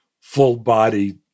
full-body